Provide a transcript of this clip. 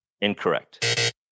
Incorrect